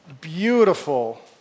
beautiful